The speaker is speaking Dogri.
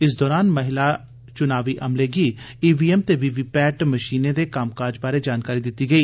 इस दौरान महिला चुनावी अमले गी ईवीएम ते वीवीपैट मशीनें दे कम्मकाज बारै जानकारी दित्ती गेई